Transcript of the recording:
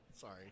Sorry